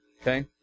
Okay